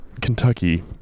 Kentucky